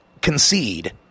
concede